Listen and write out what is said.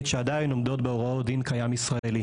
שעדיין עומדת בהוראות דין קיים ישראל.